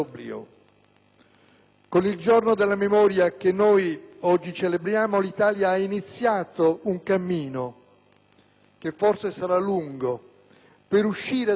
Con il Giorno del ricordo che oggi celebriamo, l'Italia ha iniziato un cammino, che forse sarà lungo, per uscire da quel nulla